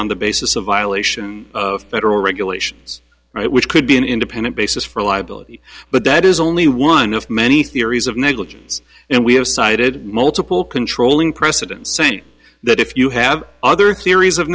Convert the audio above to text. on the basis of violation of federal regulations right which could be an independent basis for lives but that is only one of many theories of negligence and we have cited multiple controlling precedents saying that if you have other theories of